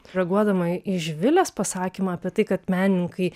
reaguodama į živilės pasakymą apie tai kad menininkai